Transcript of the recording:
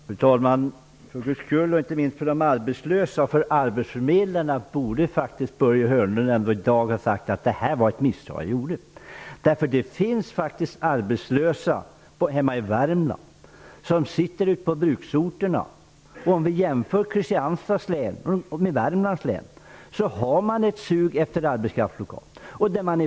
Fru talman! För arbetsförmedlarnas och inte minst för de arbetslösas skull borde Börje Hörnlund i dag ha sagt att han begått ett misstag. Det finns faktiskt arbetslösa på bruksorterna hemma i Värmland samtidigt som det både i Kristianstads län och i Värmlands län lokalt finns ett sug efter arbetskraft.